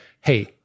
hey